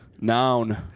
Noun